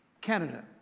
Canada